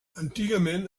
antigament